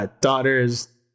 daughters